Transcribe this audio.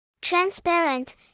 transparent